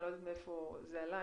אני לא יודעת מאיפה זה עלה.